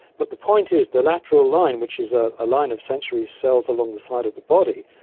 but the point is their lateral line, which is a ah line of sensory cells along the side of the body,